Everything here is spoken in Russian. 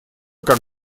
как